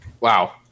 Wow